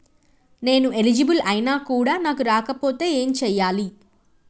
నేను ఎలిజిబుల్ ఐనా కూడా నాకు రాకపోతే ఏం చేయాలి?